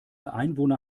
einwohner